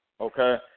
okay